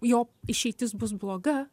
jo išeitis bus bloga